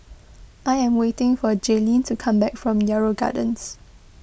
I am waiting for Jayleen to come back from Yarrow Gardens